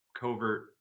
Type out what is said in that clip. covert